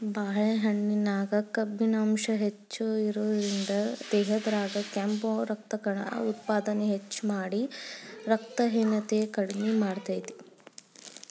ಬಾಳೆಹಣ್ಣಿನ್ಯಾಗ ಕಬ್ಬಿಣ ಅಂಶ ಹೆಚ್ಚಿರೋದ್ರಿಂದ, ದೇಹದಾಗ ಕೆಂಪು ರಕ್ತಕಣ ಉತ್ಪಾದನೆ ಹೆಚ್ಚಮಾಡಿ, ರಕ್ತಹೇನತೆ ಕಡಿಮಿ ಮಾಡ್ತೆತಿ